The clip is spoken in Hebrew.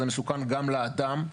זה מסוכן גם לאדם.